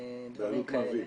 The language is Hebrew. דברים כאלה.